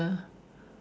ya